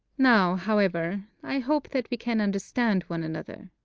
now, however, i hope that we can understand one another!